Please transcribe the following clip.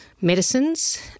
medicines